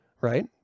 right